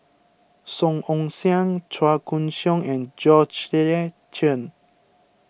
Song Ong Siang Chua Koon Siong and Chen